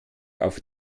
auf